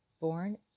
born